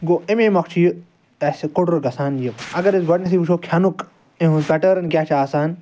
گوٚو امے موٚکھ چھ یہِ اسہِ کُڈُر گَژھان یہِ اگر أسۍ گۄڈنیٚتھے وٕچھو یہِ کھیٚنُک اہُنٛد پیٹرن کیاہ چھ آسان